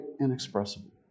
inexpressible